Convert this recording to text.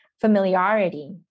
familiarity